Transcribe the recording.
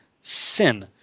sin